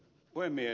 puhemies